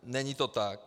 Není to tak.